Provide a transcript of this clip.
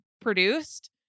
produced